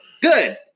Good